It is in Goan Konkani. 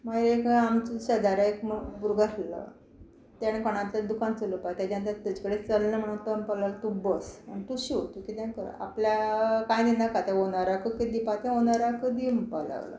मागीर एक आमचोच शेजाऱ्या एक न्हू भुरगो आसललो तेणें कोणा तरी दुकान चलोवपा तेज्यान तें तेजे कडे चलना म्हणू तो म्हणपा लागलो तूं बस आनी तूं शींव तूं कितेंय कर आपल्या कांय दिनाका त्या ओनराकूत कितें दिवपा तें ओनराकूत दी म्हणपाक लागलो